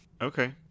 okay